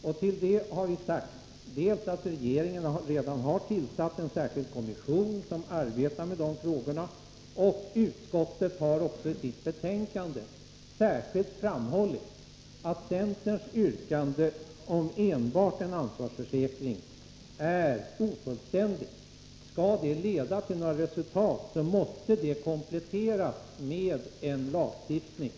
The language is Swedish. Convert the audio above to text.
Utskottet har sagt att regeringen redan har tillsatt en särskild kommission för att arbeta med de frågorna, och utskottet har också i sitt betänkande särskilt framhållit att centerns yrkande om enbart en ansvarsförsäkring är ofullständigt. Om det skall bli några resultat måste förslaget kompletteras med en lagstiftning.